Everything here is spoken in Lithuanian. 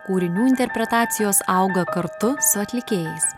kūrinių interpretacijos auga kartu su atlikėjais